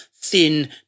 thin